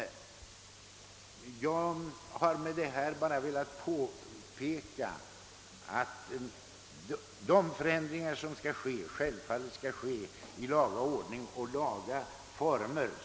Med det sagda har jag bara velat påpeka att alla förändringar som behövs självfallet skall ske i laga demokratisk ordning och under laga former.